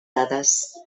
dades